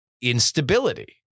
instability